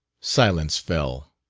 silence fell.